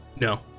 No